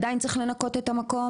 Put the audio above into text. עדיין צריך לנקות את המקום,